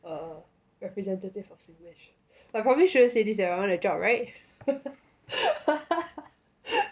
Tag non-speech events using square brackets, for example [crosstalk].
a representative of singlish I probably shouldn't say this if I want a job [right] [laughs]